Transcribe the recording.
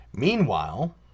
Meanwhile